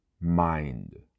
mind